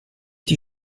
die